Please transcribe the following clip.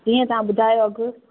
जीअं तव्हां ॿुधायो अघु